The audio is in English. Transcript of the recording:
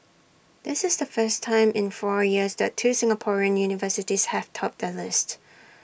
this is the first time in four years that two Singaporean universities have topped the list